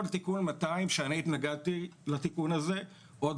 כל תיקון 200 שאני התנגדתי לתיקון הזה עוד